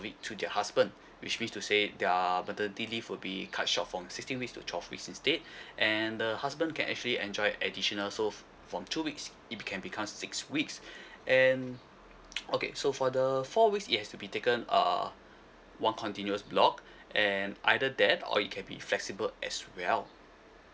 of her weeks to their husband which means to say their maternity leave will be cut short from sixteen weeks to twelve weeks instead and the husband can actually enjoy additional so from two weeks it can become a six weeks and okay so for the four weeks it has to be taken err one continuous block and either that or it can be flexible as well